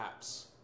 apps